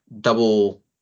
double